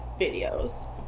videos